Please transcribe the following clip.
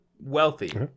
wealthy